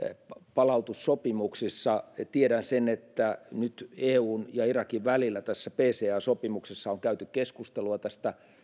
palautussopimuksessa tiedän sen että nyt eun ja irakin välillä tässä pca sopimuksessa on käyty keskustelua tästä